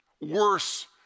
Worse